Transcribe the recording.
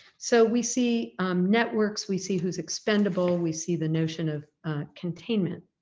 so we see networks, we see who's expendable, we see the notion of containment.